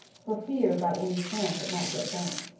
for fear, by any chance, it might get burnt.